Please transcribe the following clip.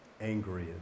angry